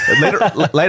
Later